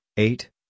Eight